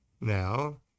Now